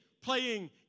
playing